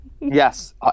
Yes